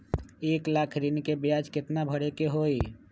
एक लाख ऋन के ब्याज केतना भरे के होई?